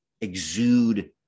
exude